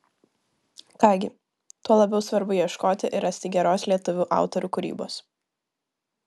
ką gi tuo labiau svarbu ieškoti ir rasti geros lietuvių autorių kūrybos